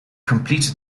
completed